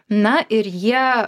na ir jie